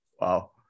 wow